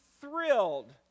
thrilled